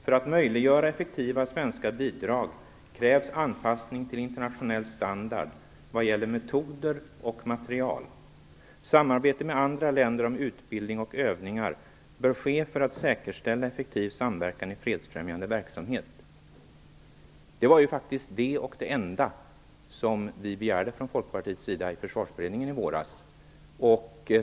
För att möjliggöra effektiva svenska bidrag krävs anpassning till internationell standard vad gäller metoder och materiel. Samarbete med andra länder om utbildning och övningar bör ske för att säkerställa effektiv samverkan i fredsfrämjande verksamhet. Det var faktiskt det enda vi från Folkpartiets sida begärde i Försvarsberedningen i våras.